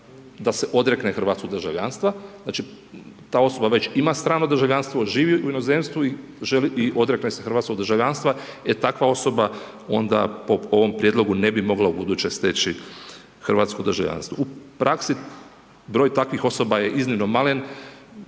da se odrekne hrvatskog državljanstva, znači ta osoba već ima strano državljanstvo, živi u inozemstvu i želi i odrekne se hrvatskog državljanstva jer takva osoba ne bi mogla ubuduće steći hrvatsko državljanstvo. U praksi broj takvih osoba je iznimno malen,